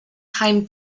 time